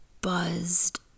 buzzed